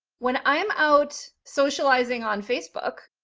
when i'm out socializing on facebook,